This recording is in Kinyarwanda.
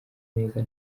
neza